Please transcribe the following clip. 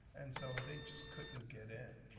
and so they just couldn't get in.